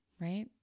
right